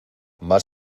más